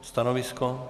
Stanovisko?